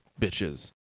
bitches